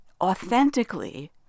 authentically